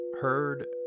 heard